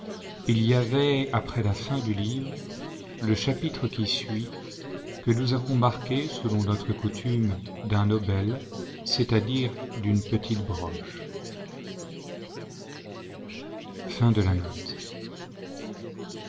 il y avait après la fin du livre le chapitre qui suit que nous avons marqué selon notre coutume d'un obèle c'est-à-dire d'une petite broche